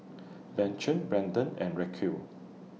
Beecher Brendon and Raquel